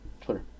Twitter